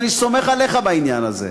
ואני סומך עליך בעניין הזה,